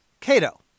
Cato